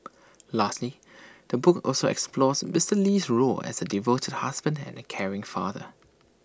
lastly the book also explores Mister Lee's role as A devoted husband and caring father